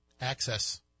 access